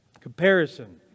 comparison